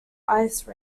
ice